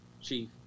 Chief